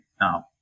Now